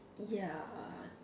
ya